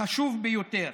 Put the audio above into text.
חשוב ביותר.